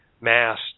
mass